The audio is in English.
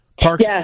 Parks